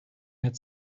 had